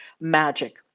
magic